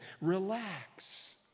Relax